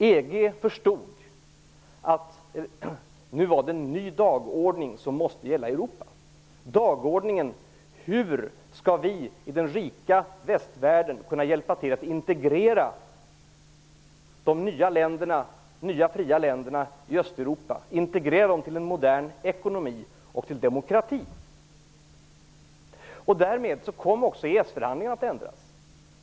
EG förstod att nu var det en ny dagordning som måste gälla i Europa: Hur skall vi i den rika västvärlden kunna hjälpa till med att integrera de nya fria länderna i Östeuropa i en modern ekonomi och demokrati? Därmed kom också EES förhandlingarna att ändras.